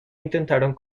intentaron